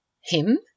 Him